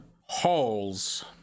halls